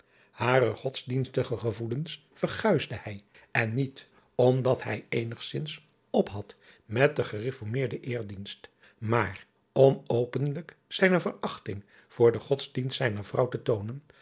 are godsdienstige gevoelens verguisde hij en niet omdat hij eenigzins op had met den gereformeerden eerdienst maar om openlijk zijne verachting voor den godsdienst zijner vrouw te toonen